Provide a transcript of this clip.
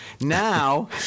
Now